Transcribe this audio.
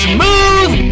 Smooth